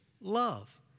love